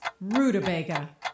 rutabaga